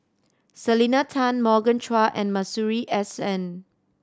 Selena Tan Morgan Chua and Masuri S N